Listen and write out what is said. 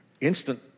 instant